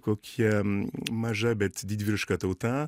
kokia maža bet didvyriška tauta